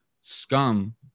scum